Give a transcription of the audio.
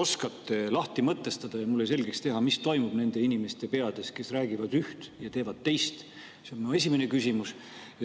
oskate lahti mõtestada ja mulle selgeks teha, mis toimub nende inimeste peades, kes räägivad üht ja teevad teist? See on minu esimene küsimus.